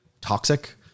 Toxic